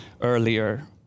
earlier